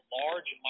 large